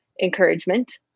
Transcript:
encouragement